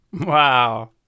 Wow